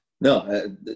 No